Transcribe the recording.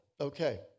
Okay